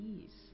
ease